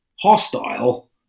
hostile